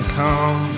come